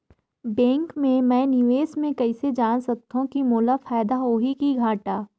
Bank मे मैं निवेश मे कइसे जान सकथव कि मोला फायदा होही कि घाटा?